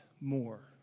more